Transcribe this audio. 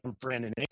Brandon